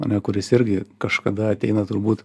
ane kuris irgi kažkada ateina turbūt